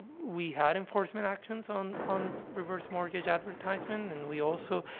we had enforcement actions on on reverse mortgage advertisement, and we also,